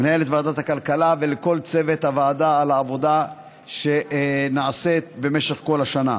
מנהלת ועדת הכלכלה ולכל צוות הוועדה על העבודה שנעשית במשך כל השנה.